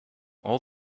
all